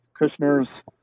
Kushner's